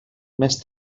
més